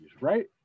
right